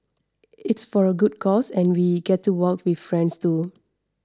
it's for a good cause and we get to walk with friends too